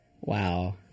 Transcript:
Wow